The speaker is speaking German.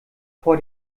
vor